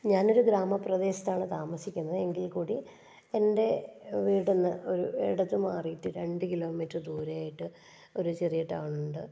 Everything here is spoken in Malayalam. ഞാനൊരു ഗ്രാമപ്രദേശത്താണ് താമസിക്കുന്നത് എങ്കിൽ കൂടി എൻ്റെ വീട്ടിൽ നിന്ന് ഒരു ഇടതു മാറിയിട്ട് രണ്ട് കിലോ മീറ്റർ ദൂരെ ആയിട്ട് ഒരു ചെറിയ ടൗണുണ്ട്